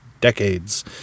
decades